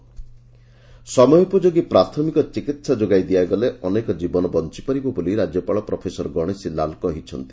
ରାଜ୍ୟପାଳ ସମୟୋପଯୋଗୀ ପ୍ରାଥମିକ ଚିକିହା ଯୋଗାଇ ଦିଆଗଲେ ଅନେକ ଜୀବନ ବଞିପାରିବ ବୋଲି ରାକ୍ୟପାଳ ପ୍ରଫେସର ଗଣେଶୀଲାଲ୍ କହିଛନ୍ତି